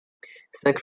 cinq